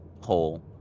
hole